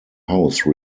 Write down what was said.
house